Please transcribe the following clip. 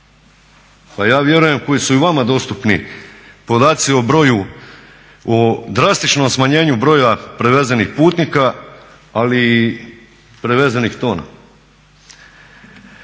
pa ja vjerujem koji su i vama dostupni podaci o broju, o drastičnom smanjenju broja prevezenih putnika, ali i prevezenih tona.